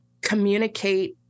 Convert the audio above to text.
communicate